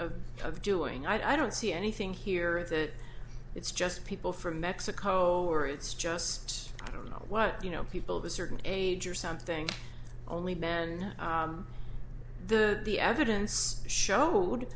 accused of doing i don't see anything here that it's just people from mexico or it's just i don't know what you know people of a certain age or something only men the the evidence showed